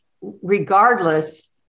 regardless